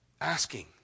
Asking